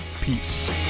Peace